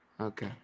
Okay